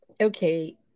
okay